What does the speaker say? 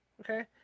okay